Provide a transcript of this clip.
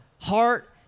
heart